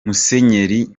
musenyeri